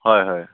হয় হয়